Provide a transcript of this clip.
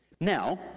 Now